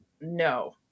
no